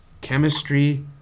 chemistry